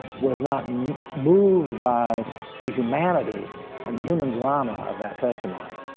was not and moved by the humanity and the human drama of that testimony.